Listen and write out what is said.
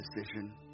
decision